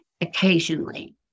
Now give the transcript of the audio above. occasionally